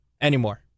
anymore